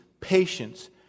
patience